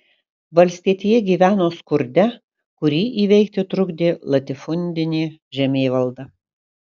valstietija gyveno skurde kurį įveikti trukdė latifundinė žemėvalda